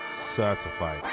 certified